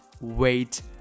wait